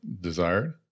desired